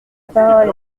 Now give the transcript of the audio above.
parole